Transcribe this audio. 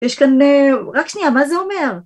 ‫יש כאן... ‫רק שנייה, מה זה אומר?